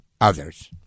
others